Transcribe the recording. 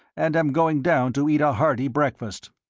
and am going down to eat a hearty breakfast.